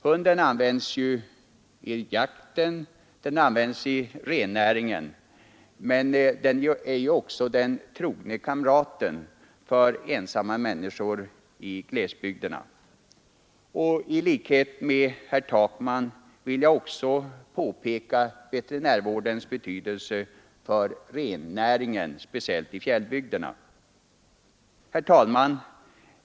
Hunden används ju till jakten och i rennäringen men den är också den trogne kamraten för ensamma människor i glesbygderna. I likhet med herr Takman vill jag också peka på veterinärvårdens betydelse för rennäringen, speciellt i fjällbygderna. Herr talman!